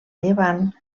llevant